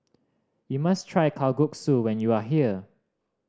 you must try Kalguksu when you are here